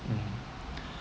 mm